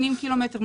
80 ק"מ,